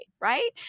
right